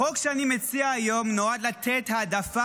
החוק שאני מציע היום נועד לתת העדפה